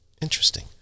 interesting